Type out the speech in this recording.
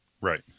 Right